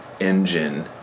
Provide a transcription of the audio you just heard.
engine